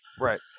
Right